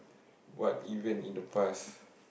what event in the past